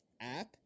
app